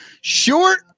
short